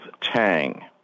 tang